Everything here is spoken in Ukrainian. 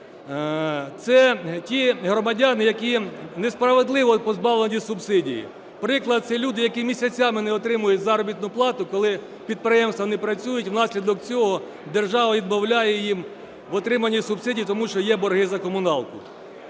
це ті громадяни, які несправедливо позбавлені субсидії. Наприклад, це люди, які місяцями не отримують заробітну плату, коли підприємства не працюють і внаслідок цього держава відмовляє їм в отриманні субсидій, тому що є борги за комуналку.